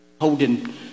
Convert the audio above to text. holding